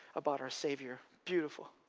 about our saviour, beautiful.